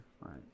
Right